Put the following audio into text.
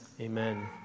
amen